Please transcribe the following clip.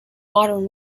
modern